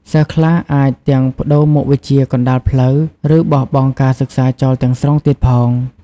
សិស្សខ្លះអាចទាំងប្ដូរមុខវិជ្ជាកណ្តាលផ្លូវ ឬបោះបង់ការសិក្សាចោលទាំងស្រុងទៀតផង។